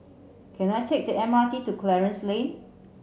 can I take the M R T to Clarence Lane